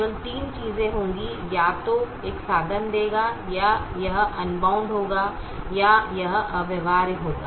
केवल तीन चीजें होंगी यह या तो एक समाधान देगा या यह अनबाउंड होगा या यह अव्यवहार्य होगा